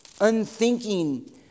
unthinking